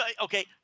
Okay